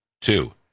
Two